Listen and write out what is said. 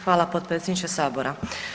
Hvala potpredsjedniče Sabora.